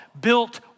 built